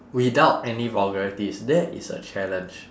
without any vulgarities that is a challenge